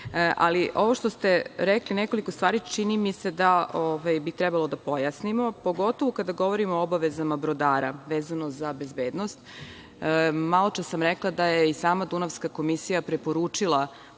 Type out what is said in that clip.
koje ste rekli, čini mi se da bi trebalo da pojasnimo, pogotovo kada govorimo o obavezama brodara vezano za bezbednost. Maločas sam rekla da je i sama Dunavska komisija preporučila da